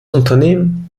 unternehmen